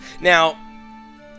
Now